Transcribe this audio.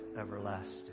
everlasting